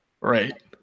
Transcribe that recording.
Right